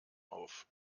auf